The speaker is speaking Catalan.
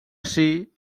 ací